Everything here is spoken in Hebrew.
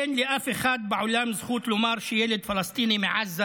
אין לאף אחד בעולם זכות לומר שילד פלסטיני מעזה